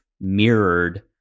mirrored